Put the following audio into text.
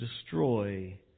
destroy